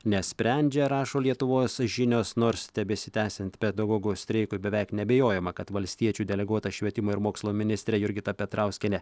nesprendžia rašo lietuvos žinios nors tebesitęsiant pedagogų streikui beveik neabejojama kad valstiečių deleguota švietimo ir mokslo ministrė jurgita petrauskienė